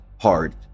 hard